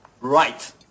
Right